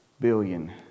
billion